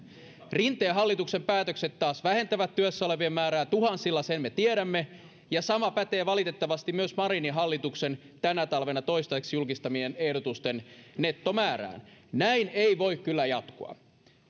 rinteen hallituksen päätökset taas vähentävät työssäolevien määrää tuhansilla sen me tiedämme ja sama pätee valitettavasti myös marinin hallituksen tänä talvena toistaiseksi julkistamien ehdotusten nettomäärään näin ei voi kyllä jatkua